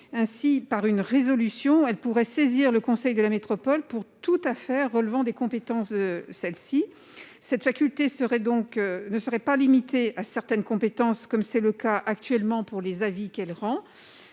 biais d'une résolution, saisir le conseil de la métropole pour toute affaire relevant des compétences de celle-ci. Cette faculté ne serait pas limitée à certaines compétences, comme c'est le cas actuellement pour les avis qu'elle rend,